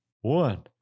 one